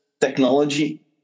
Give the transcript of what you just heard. technology